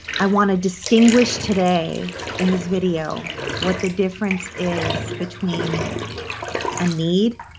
i want to distinguish today in this video what the difference is between a need